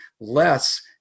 less